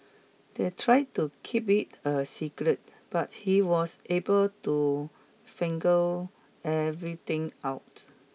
they tried to keep it a secret but he was able to figure everything out